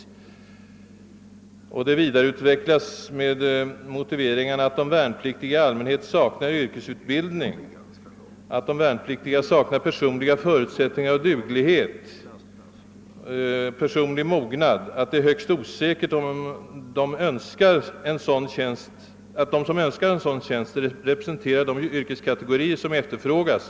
Resonemanget vidareutvecklas genom hänvisning till sådana motiveringar som att värnpliktiga i allmänhet saknar yrkesutbildning, personliga förutsättningar och duglighet och personlig mognad liksom att det är högst osäkert huruvida de som önskar få sådan tjänst representerar de yrkeskategorier som efterfrågas.